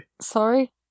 Sorry